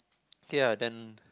K ah then